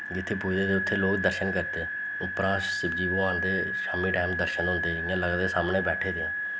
जित्थें पुज्जदे ते उत्थै लोग दर्शन करदे उप्परा शिवजी भगवान दे शाम्मी टैम दर्शन होंदे इ'यां लगदा सामनै बैठे दे ऐ